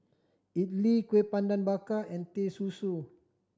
idly Kuih Bakar Pandan and Teh Susu